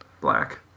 black